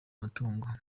amatungo